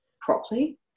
properly